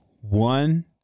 One